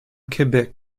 quebec